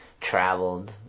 traveled